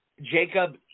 Jacob